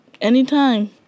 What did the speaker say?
Anytime